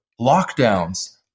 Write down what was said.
lockdowns